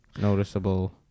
noticeable